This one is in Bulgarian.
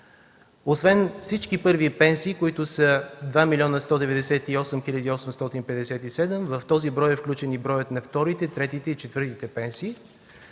Освен всички първи пенсии, които са 2 млн. 198 хил. 857, в този брой е включен и броят на вторите, третите и четвъртите пенсии,